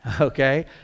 okay